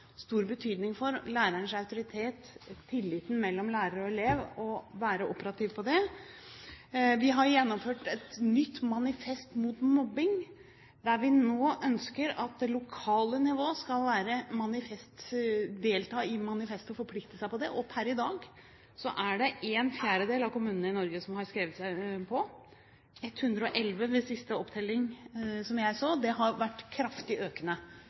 stor betydning for lærerens autoritet og tilliten mellom lærer og elev, og være operativt på det. Vi har gjennomført et nytt manifest mot mobbing, der vi nå ønsker at det lokale nivået skal delta og forplikte seg til manifestet. Per i dag har ¼ av kommunene i Norge skrevet seg på – 111 ved siste opptelling som jeg så. Det har vært kraftig økende,